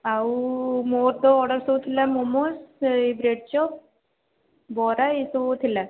ଆଉ ମୋର ତ ଅର୍ଡ଼ର୍ ସବୁ ଥିଲା ମୋମୋଜ୍ ସେହି ବ୍ରେଡ଼ଚପ୍ ବରା ଏହିସବୁ ଥିଲା